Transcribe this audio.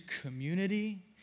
community